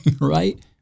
right